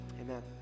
Amen